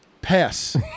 pass